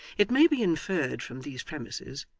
it may be inferred from these premises,